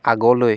আগলৈ